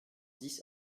dix